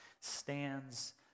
stands